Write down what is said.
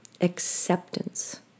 acceptance